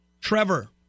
Trevor